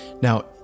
Now